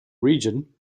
region